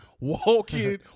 walking